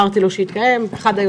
הוא אחד היוזמים.